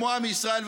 כמו עמי ישראל,